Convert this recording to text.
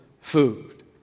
food